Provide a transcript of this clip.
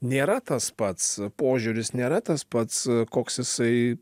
nėra tas pats požiūris nėra tas pats koks jisai